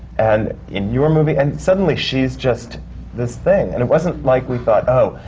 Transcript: and in your movie, and suddenly she's just this thing. and it wasn't like we thought, oh,